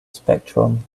spectrum